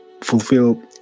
fulfill